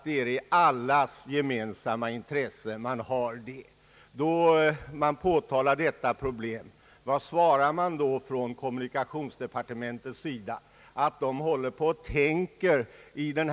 Det är ett allmänt intresse. Jo, att man håller på och tänker, och så hänvisar man till mig då det gäller att besvara den.